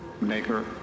maker